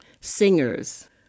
singers